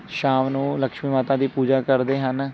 ਸ਼ਾਮ ਨੂੰ ਲਕਸ਼ਮੀ ਮਾਤਾ ਦੀ ਪੂਜਾ ਕਰਦੇ ਹਨ